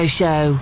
show